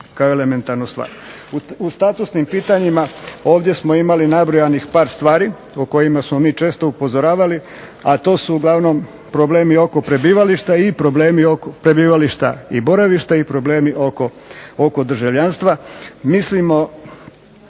U statusnim pitanjima ovdje smo imali nabrojanih par stvari o kojima smo mi često upozoravali, a to su uglavnom problemi oko prebivališta i boravišta i problemi oko državljanstva.